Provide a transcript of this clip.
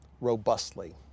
robustly